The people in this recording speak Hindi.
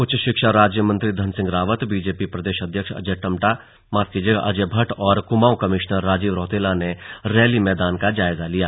उच्च शिक्षा राज्य मंत्री धन सिंह रावत बीजेपी प्रदेश अध्यक्ष अजय भट्ट और कुमाऊं कमिश्नर राजीव रौतेला ने रैली मैदान का जायजा लिया